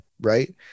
right